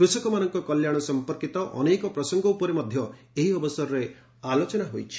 କୃଷକମାନଙ୍କ କଲ୍ୟାଣ ସମ୍ପର୍କୀତ ଅନେକ ପ୍ରସଙ୍ଗ ଉପରେ ମଧ୍ୟ ଏହି ଅବସରରେ ଆଲୋଚନା ହୋଇଛି